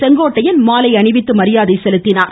செங்கோட்டையன் மாலை அணிவித்து மாியாதை செலுத்தினார்